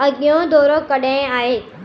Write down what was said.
अॻियो दौरो कॾहिं आहे